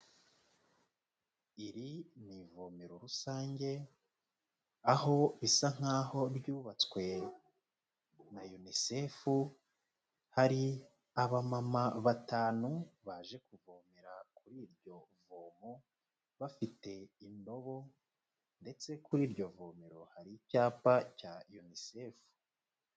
Iri ni ivomero rusange, aho risa nkaho ryubatswe na UNICEF, hari abamama batanu baje kuvomera kuri iryo vomo, bafite indobo ndetse kuri iryo vomero hari icyapa cya UNICEF.